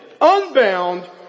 unbound